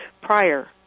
prior